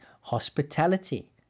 hospitality